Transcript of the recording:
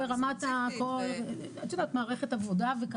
כן, ברמת מערכת עבודה וכולי.